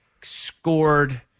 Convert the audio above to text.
scored